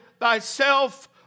thyself